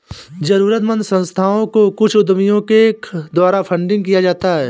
जरूरतमन्द संस्थाओं को कुछ उद्यमियों के द्वारा फंडिंग किया जाता है